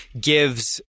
gives